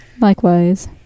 likewise